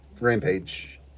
Rampage